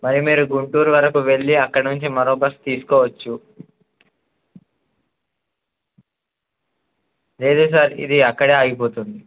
మరి మీరు గుంటూరు వరకు వెళ్ళి అక్కడ నుంచి మరో బస్ తీసుకోవచ్చు లేదు సార్ ఇది అక్కడే ఆగిపోతుంది